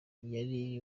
yari